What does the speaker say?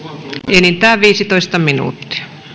enintään viisitoista minuuttia